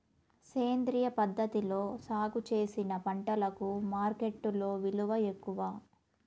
సేంద్రియ పద్ధతిలో సాగు చేసిన పంటలకు మార్కెట్టులో విలువ ఎక్కువ